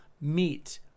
meet